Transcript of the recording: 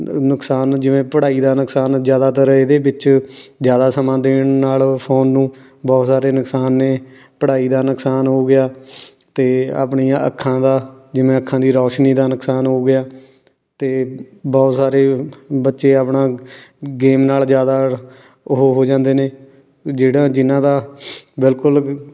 ਨੁਕਸਾਨ ਜਿਵੇਂ ਪੜ੍ਹਾਈ ਦਾ ਨੁਕਸਾਨ ਜ਼ਿਆਦਾਤਰ ਇਹਦੇ ਵਿੱਚ ਜ਼ਿਆਦਾ ਸਮਾਂ ਦੇਣ ਨਾਲ ਫੋਨ ਨੂੰ ਬਹੁਤ ਸਾਰੇ ਨੁਕਸਾਨ ਨੇ ਪੜ੍ਹਾਈ ਦਾ ਨੁਕਸਾਨ ਹੋ ਗਿਆ ਅਤੇ ਆਪਣੀਆਂ ਅੱਖਾਂ ਦਾ ਜਿਵੇਂ ਅੱਖਾਂ ਦੀ ਰੌਸ਼ਨੀ ਦਾ ਨੁਕਸਾਨ ਹੋ ਗਿਆ ਅਤੇ ਬਹੁਤ ਸਾਰੇ ਬੱਚੇ ਆਪਣਾ ਗੇਮ ਨਾਲ ਜ਼ਿਆਦਾ ਉਹ ਹੋ ਜਾਂਦੇ ਨੇ ਜਿਹੜਾ ਜਿਨ੍ਹਾਂ ਦਾ ਬਿਲਕੁਲ